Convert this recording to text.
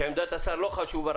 שעמדת השר לא חשובה,